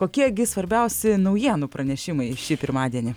kokie gi svarbiausi naujienų pranešimai šį pirmadienį